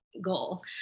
goal